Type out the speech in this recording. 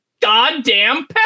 goddamn